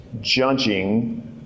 judging